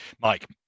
Mike